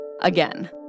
Again